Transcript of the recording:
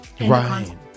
Right